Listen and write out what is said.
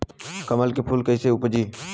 कमल के फूल कईसे उपजी?